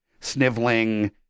sniveling